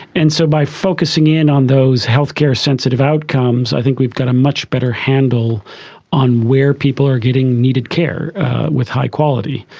and so by focusing in on those healthcare sensitive outcomes, i think we've got a much better handle on where people are getting needed care with high quality.